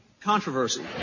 controversy